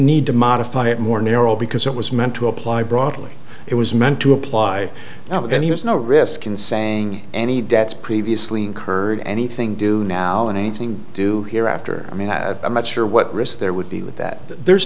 need to modify it more narrow because it was meant to apply broadly it was meant to apply now and he was no risk in saying any debts previously incurred anything do now and i do hear after i mean that i'm not sure what risk there would be with that there's